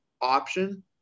option